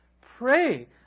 Pray